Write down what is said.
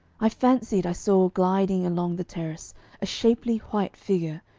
i fancied i saw gliding along the terrace a shapely white figure,